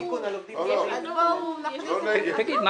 בואו נתקדם